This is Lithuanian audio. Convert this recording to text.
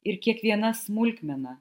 ir kiekviena smulkmena